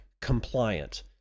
compliant